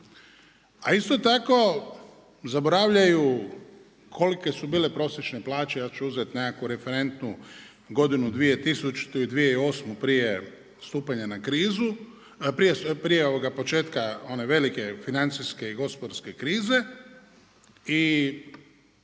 A isto tako zaboravljaju kolike su bile prosječne plaće, ja ću uzeti nekakvu referentnu godinu 2000. i 2008. prije početka one velike financijske i gospodarske krize i